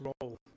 role